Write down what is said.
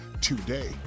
today